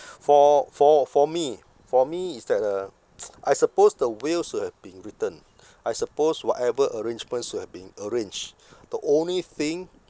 for for for me for me is that uh I suppose the will should have been written I suppose whatever arrangement should have been arranged the only thing